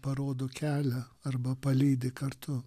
parodo kelią arba palydi kartu